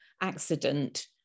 accident